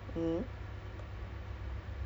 this is good I also feel like ugh